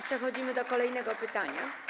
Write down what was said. Przechodzimy do kolejnego pytania.